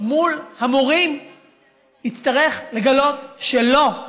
מול המורים יצטרך לגלות שלא,